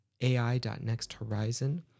AI.nextHorizon